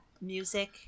music